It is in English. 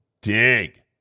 dig